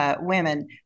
women